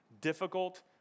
difficult